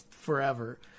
Forever